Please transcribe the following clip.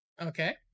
Okay